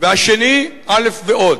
והשני א' ועוד,